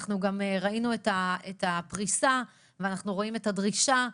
ראינו את הפריסה ואנחנו רואים את הדרישה,